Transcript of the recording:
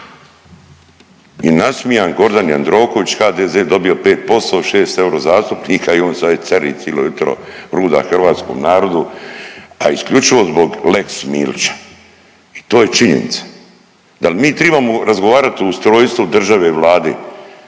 I nasmijan Gordan Jandroković HDZ dobio 5% šest eurozastupnika i on se ovdje ceri cilo jutro, ruga hrvatskom narodu, a isključivo zbog lex Milića i to je činjenica. Dal mi tribamo razgovara o ustrojstvu države, Vlade?